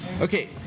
Okay